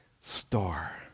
star